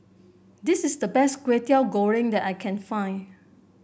this is the best Kway Teow Goreng that I can find